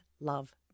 love